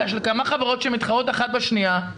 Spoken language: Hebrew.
אלא כמה חברות שמתחרות אחת בשניה,